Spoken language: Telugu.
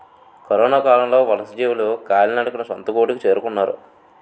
కరొనకాలంలో వలసజీవులు కాలినడకన సొంత గూటికి చేరుకున్నారు